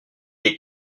est